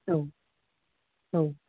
औ औ